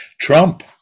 Trump